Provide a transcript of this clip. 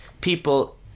people